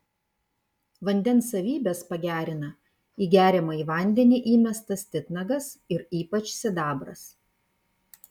vandens savybes pagerina į geriamąjį vandenį įmestas titnagas ir ypač sidabras